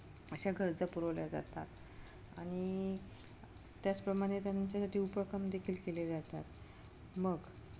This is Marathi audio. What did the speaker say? अशा गरजा पुरवल्या जातात आणि त्याचप्रमाणे त्यांच्यासाठी उपक्रम देखील केले जातात मग